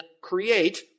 create